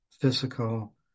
physical